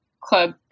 club